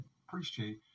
appreciate